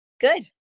good